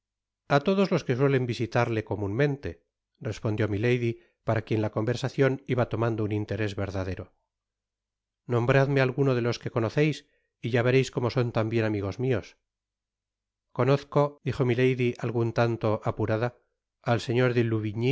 a todos los que suelen visitarle comunmente respondió milady paraquien la conversacion iba tomando un interés verdadero nombradme alguno de los que conoceis y ya vereis como son tambien amigos mios conozco dijo milady algun tanto apurada ai señor